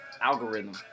algorithm